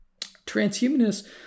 Transhumanists